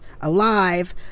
alive